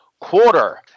quarter